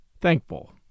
Thankful